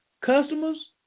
customers